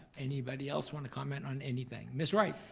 anybody else wanna comment on anything, ms. wright?